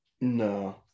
No